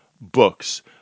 Books